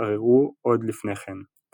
שנתערערו עוד לפני כן.